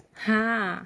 !huh!